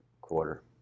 quarter